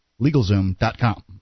LegalZoom.com